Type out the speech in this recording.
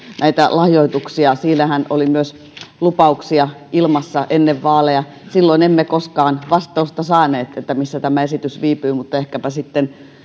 lahjoituksia siitähän oli myös lupauksia ilmassa ennen vaaleja silloin emme koskaan vastausta saaneet siihen missä tämä esitys viipyy mutta ehkäpä